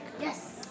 yes